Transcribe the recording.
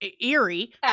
eerie